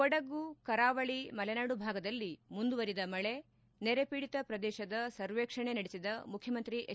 ಕೊಡಗು ಕರಾವಳಿ ಮಲೆನಾಡು ಭಾಗದಲ್ಲಿ ಮುಂದುವರಿದ ಮಳೆ ನೆರೆಪೀಡಿತ ಪ್ರದೇಶದ ಸರ್ವೇಕ್ಷಣೆ ನಡೆಸಿದ ಮುಖ್ಣಮಂತ್ರಿ ಎಚ್